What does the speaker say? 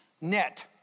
Net